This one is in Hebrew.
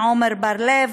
עמר בר-לב,